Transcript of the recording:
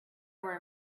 were